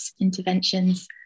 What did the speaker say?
interventions